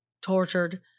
tortured